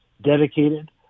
dedicated